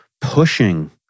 pushing